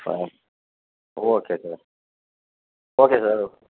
sir okay sir okay sir